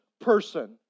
person